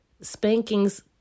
spankings